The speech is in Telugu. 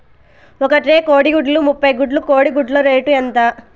ఒక ట్రే కోడిగుడ్లు ముప్పై గుడ్లు కోడి గుడ్ల రేటు ఎంత?